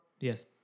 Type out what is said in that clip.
Yes